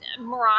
Morocco